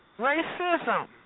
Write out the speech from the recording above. Racism